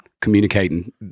communicating